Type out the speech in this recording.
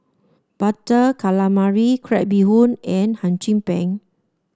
Butter Calamari Crab Bee Hoon and Hum Chim Peng